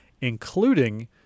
including